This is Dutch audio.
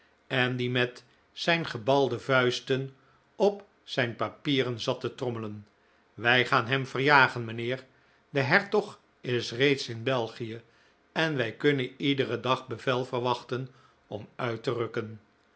en die met zijn gebalde vuisten op zijn papieren zat te trommelen wij gaan hem verjagen mijnheer de hertog is reeds in belgie en wij kunnen iederen dag bevel verwachten om uit te rukken